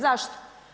Zašto?